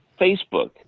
Facebook